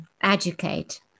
educate